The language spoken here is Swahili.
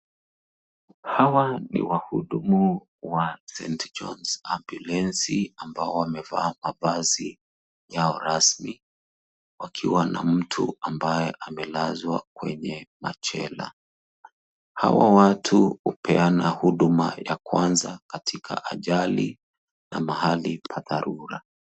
Hawa ni wahudumu wa, Saint John's ambulance, ambao wamevaa mavazi yao rasmi wakiwa na mtu ambaye amelazwa kwenye machela. Hawa watu hupeana huduma ya kwanza katika ajali na mahali pa dharura.